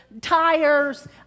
tires